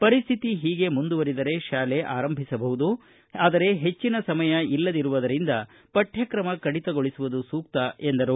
ಪರಿಸ್ಥಿತಿ ಹೀಗೆ ಮುಂದುವರಿದರೆ ಶಾಲೆ ಆರಂಭಿಸಬಹುದು ಹೆಚ್ಚನ ಸಮಯ ಇಲ್ಲದಿರುವುದರಿಂದ ಪಠ್ವಕ್ರಮ ಕಡಿತಗೊಳಿಸುವುದು ಸೂಕ್ತ ಎಂದರು